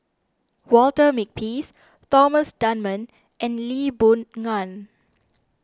Walter Makepeace Thomas Dunman and Lee Boon Ngan